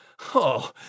Oh